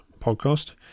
podcast